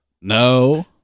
No